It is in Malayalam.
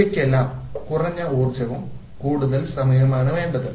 ഇവക്കെല്ലാം കുറഞ്ഞ ഊർജ്ജവും കൂടുതൽ സമയവും ആണ് വേണ്ടത്